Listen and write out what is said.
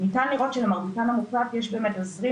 ניתן לראות שלמרביתן המוחלט יש באמת תזרים